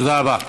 תודה רבה.